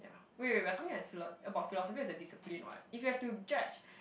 wait wait wait we are talking as philo~ about philosophy as a discipline what if we have to judge